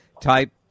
type